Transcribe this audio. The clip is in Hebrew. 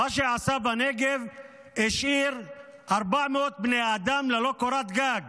מה שהוא עשה בנגב, השאיר 400 בני אדם ללא קורת גג.